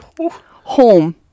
home